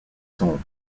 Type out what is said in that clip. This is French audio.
sombres